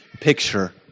picture